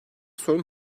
sorun